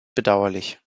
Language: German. bedauerlich